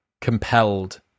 compelled